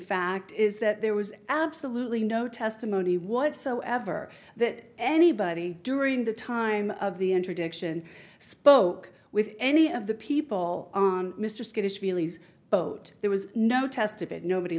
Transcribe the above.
fact is that there was absolutely no testimony whatsoever that anybody during the time of the introduction spoke with any of the people on mr skittish mealies boat there was no test of it nobody